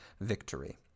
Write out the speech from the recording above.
victory